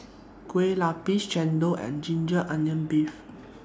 Kueh Lapis Chendol and Ginger Onions Beef